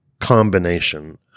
combination